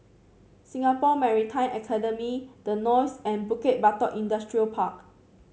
Singapore Maritime Academy The Knolls and Bukit Batok Industrial Park